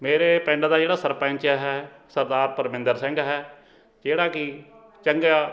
ਮੇਰੇ ਪਿੰਡ ਦਾ ਜਿਹੜਾ ਸਰਪੰਚ ਹੈ ਸਰਦਾਰ ਪਰਵਿੰਦਰ ਸਿੰਘ ਹੈ ਜਿਹੜਾ ਕਿ ਚੰਗਾ